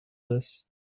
this